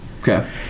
Okay